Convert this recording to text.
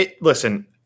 Listen